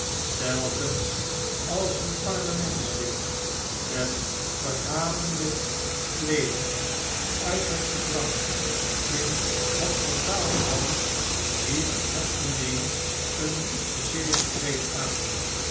telkens als er een parlementslid met verhavende kleederen uit het gedrang in het portaal kwam hief het gemeen een woesten zegekreet aan